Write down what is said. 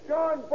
John